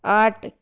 آٹھ